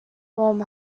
warm